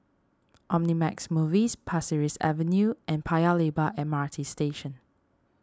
Omnimax Movies Pasir Ris Avenue and Paya Lebar M R T Station